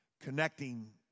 Connecting